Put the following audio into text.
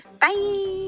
Bye